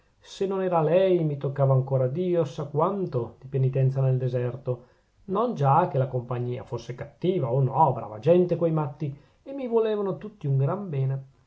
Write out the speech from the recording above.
se non era lei mi toccava ancora dio sa quanto di penitenza nel deserto non già che la compagnia fosse cattiva oh no brava gente quei matti e mi volevano tutti un gran bene